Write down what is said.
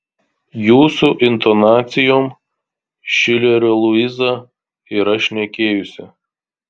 jūsų intonacijom šilerio luiza yra šnekėjusi